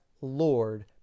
Lord